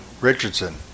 Richardson